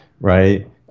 right